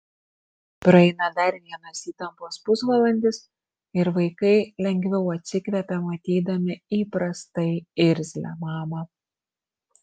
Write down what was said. praeina dar vienas įtampos pusvalandis ir vaikai lengviau atsikvepia matydami įprastai irzlią mamą